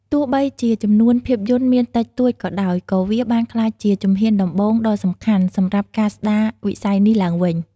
ទោះបីជាចំនួនភាពយន្តមានតិចតួចក៏ដោយ ក៏វាបានក្លាយជាជំហានដំបូងដ៏សំខាន់សម្រាប់ការស្តារវិស័យនេះឡើងវិញ។